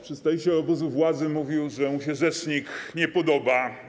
Przedstawiciel obozu władzy mówił, że mu się rzecznik nie podoba.